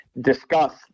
discuss